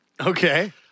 Okay